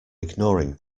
ignoring